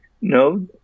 no